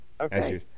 okay